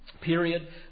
period